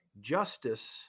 justice